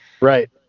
right